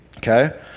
Okay